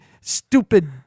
stupid